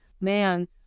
man